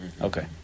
Okay